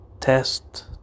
test